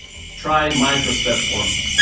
try micro-step forms.